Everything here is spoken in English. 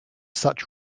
such